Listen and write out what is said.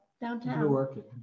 Downtown